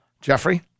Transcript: Jeffrey